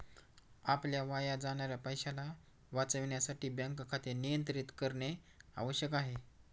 आपल्या वाया जाणाऱ्या पैशाला वाचविण्यासाठी बँक खाते नियंत्रित करणे आवश्यक आहे